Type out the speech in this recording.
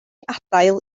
adael